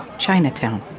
chinatown